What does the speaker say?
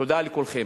תודה לכולכם.